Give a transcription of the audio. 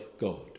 God